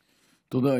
תודה.